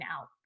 out